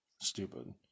Stupid